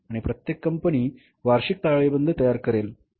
आणि प्रत्येक कंपनी वार्षिक ताळेबंद तयार करेल बरोबर